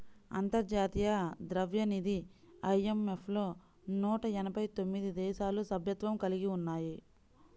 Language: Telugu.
అంతర్జాతీయ ద్రవ్యనిధి ఐ.ఎం.ఎఫ్ లో నూట ఎనభై తొమ్మిది దేశాలు సభ్యత్వం కలిగి ఉన్నాయి